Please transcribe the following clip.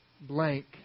blank